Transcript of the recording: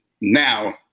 now